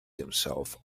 himself